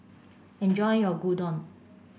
enjoy your Gyudon